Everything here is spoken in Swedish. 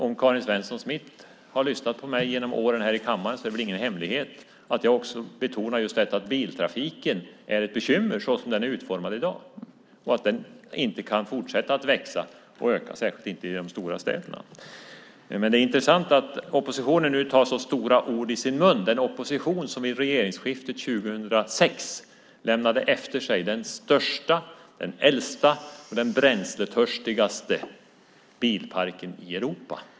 Om Karin Svensson Smith har lyssnat på mig genom åren här i kammaren är det väl ingen hemlighet för henne att jag också betonar just att biltrafiken är ett bekymmer så som den är utformad i dag och att den inte kan fortsätta att öka, särskilt inte i de stora städerna. Det är intressant att oppositionen nu tar så stora ord i sin mun, den opposition som vid regeringsskiftet 2006 lämnade efter sig den största, den äldsta och den bränsletörstigaste bilparken i Europa.